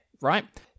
right